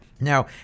Now